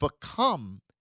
become